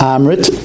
Amrit